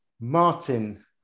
Martin